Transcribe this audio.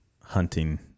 hunting